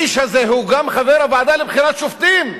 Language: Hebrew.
האיש הזה הוא גם חבר הוועדה לבחירת שופטים.